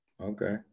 Okay